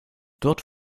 dort